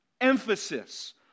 Emphasis